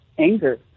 anger